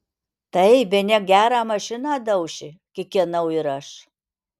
tai bene gerą mašiną dauši kikenau ir aš